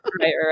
right